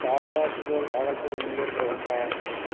Saharsa Supaul Bhagalpur Munger Darbhanga